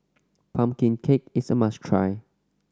pumpkin cake is a must try